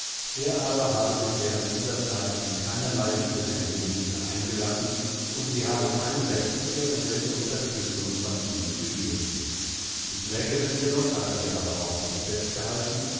er aber habe sich während dieser zeit in keinerlei liebeshändel mit ihr eingelassen und sie habe kein recht irgendwelche unterstützung von ihm zu begehren die klägerin jedoch hat an ihrer behauptung festgehalten